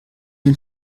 den